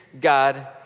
God